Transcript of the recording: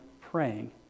praying